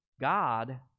God